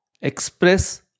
express